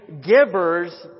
givers